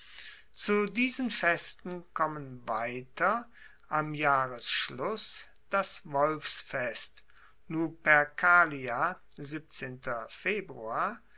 zu diesen festen kommen weiter am jahresschluss das